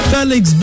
Felix